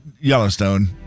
Yellowstone